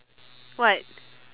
what